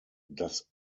das